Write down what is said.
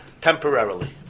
temporarily